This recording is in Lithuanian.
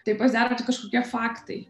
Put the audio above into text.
tai pasidaro kažkokie faktai